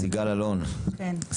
סיגל אלון סידליק,